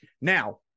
Now